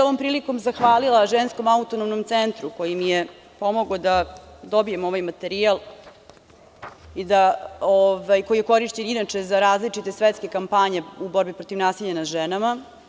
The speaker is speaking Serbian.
Ovom prilikom bih se zahvalila Ženskom autonomnom centru koji mi je pomogao da dobijem ovaj materijal, koji je korišćen inače za različite svetske kampanje u borbi protiv nasilja nad ženama.